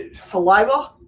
Saliva